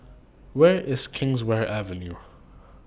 Where IS Kingswear Avenue